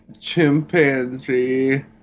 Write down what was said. chimpanzee